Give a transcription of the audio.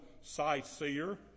sightseer